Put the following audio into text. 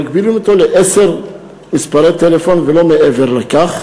מגבילים אותו לעשרה מספרי טלפון ולא מעבר לכך,